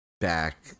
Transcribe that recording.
back